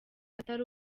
atari